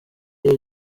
iyo